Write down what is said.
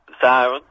siren